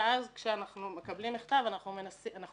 ואז כשאנחנו מקבלים מכתב, לפעמים אנחנו